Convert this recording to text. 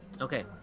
Okay